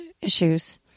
issues